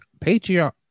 Patreon